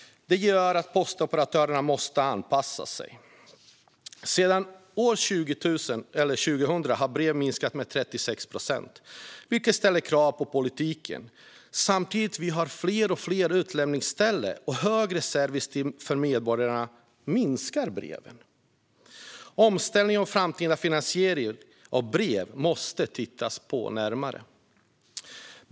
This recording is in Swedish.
Det gör att postoperatörerna måste anpassa sig. Sedan år 2000 har antalet brev minskat med 36 procent, vilket ställer krav på politiken. Samtidigt som vi har fler och fler utlämningsställen och högre service för medborgare minskar breven. Omställningen och framtida finansiering av brev är något man måste titta närmare på.